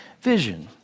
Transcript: vision